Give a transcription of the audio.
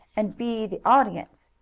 and be the audience.